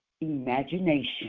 imagination